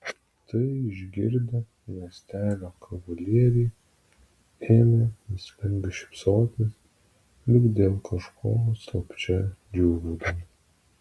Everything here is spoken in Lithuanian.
tai išgirdę miestelio kavalieriai ėmė mįslingai šypsotis lyg dėl kažko slapčia džiūgaudami